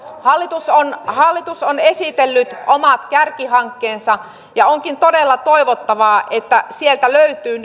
hallitus on hallitus on esitellyt omat kärkihankkeensa ja onkin todella toivottavaa että sieltä löytyy